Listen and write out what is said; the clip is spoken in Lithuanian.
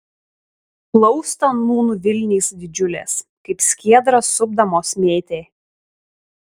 plaustą nūn vilnys didžiulės kaip skiedrą supdamos mėtė